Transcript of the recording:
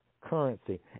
currency